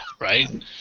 right